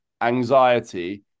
anxiety